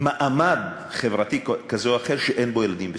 מעמד חברתי כזה או אחר שאין בו ילדים בסיכון.